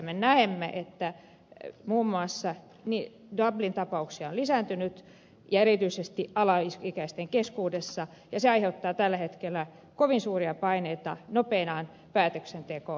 me näemme että muun muassa dublin tapaukset ovat lisääntyneet erityisesti alaikäisten keskuudessa ja se aiheuttaa tällä hetkellä kovin suuria paineita nopeaan päätöksentekoon